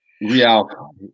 Real